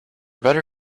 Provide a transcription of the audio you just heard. better